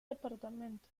departamento